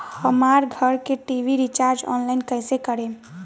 हमार घर के टी.वी रीचार्ज ऑनलाइन कैसे करेम?